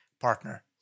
partner